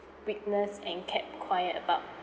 witnessed and kept quiet about